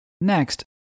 Next